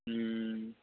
हूंऽ